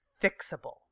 fixable